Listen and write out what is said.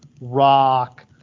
Rock